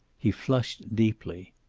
he flushed deeply.